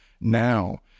now